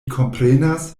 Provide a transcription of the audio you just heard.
komprenas